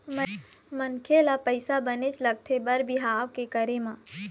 मनखे ल पइसा बनेच लगथे बर बिहाव के करे म